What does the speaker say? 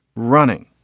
running.